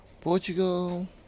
Portugal